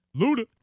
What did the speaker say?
luda